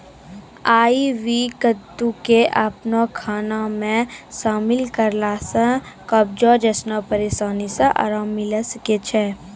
आइ.वी कद्दू के अपनो खाना मे शामिल करला से कब्जो जैसनो परेशानी से अराम मिलै सकै छै